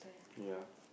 ya